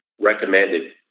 recommended